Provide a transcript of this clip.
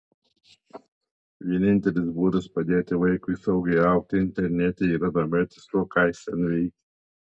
vienintelis būdas padėti vaikui saugiai augti internete yra domėtis tuo ką jis ten veikia